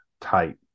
tight